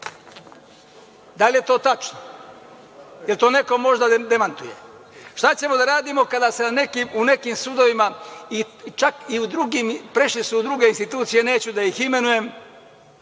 Da li je to tačno? Da li to može neko da demantuje? Šta ćemo da radimo kada se u nekim sudovima, čak prešli su i u druge institucije, neću da ih imenujem,